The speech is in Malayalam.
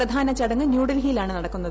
പ്രധാന ചടങ്ങ് ന്യൂഡൽഹിയിലാണ് നടക്കുന്നത്